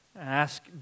Ask